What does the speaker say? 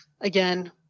again